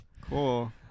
Cool